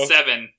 Seven